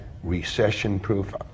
recession-proof